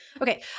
Okay